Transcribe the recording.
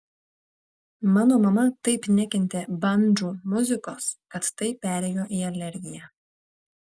mano mama taip nekentė bandžų muzikos kad tai perėjo į alergiją